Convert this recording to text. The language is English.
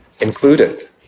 Included